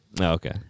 Okay